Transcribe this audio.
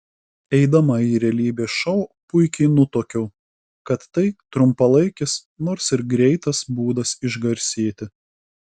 eidama į realybės šou puikiai nutuokiau kad tai trumpalaikis nors ir greitas būdas išgarsėti